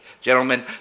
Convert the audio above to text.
gentlemen